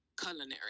culinary